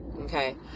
Okay